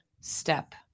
step